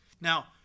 Now